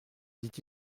dit